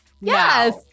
Yes